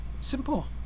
Simple